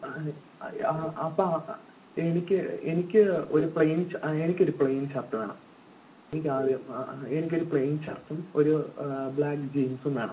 ആ അപ്പോൾ എനിക്ക് എനിക്ക് ഒരു പ്ലെയിൻ എനിക്ക് ഒരു പ്ലെയിൻ ഷർട്ട് വേണം എനിക്ക് ആദ്യം എനിക്ക് ഒരു പ്ലെയിൻ ഷർട്ടും ഒരു ബ്ലാക്ക് ജീൻസും വേണം